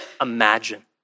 imagine